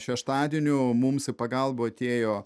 šeštadienio mums į pagalbą atėjo